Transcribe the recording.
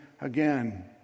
again